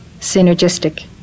synergistic